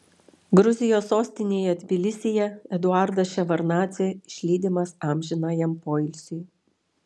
gruzijos sostinėje tbilisyje eduardas ševardnadzė išlydimas amžinajam poilsiui